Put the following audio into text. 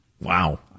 Wow